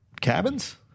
cabins